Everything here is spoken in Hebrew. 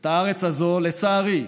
את הארץ הזו, לצערי,